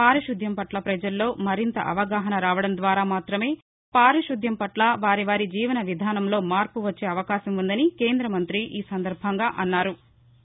పారిశుధ్యం పట్ల పజల్లో మరింత అవగాహన రావడం ద్వారా మాత్రమే పారిశుద్యం పట్ల వారి వారి జీవన విధానంలో మార్పు వచ్చే అవకాశం ఉందని కేంద్ర మంత్రి ఈ సందర్భంగా అన్నారు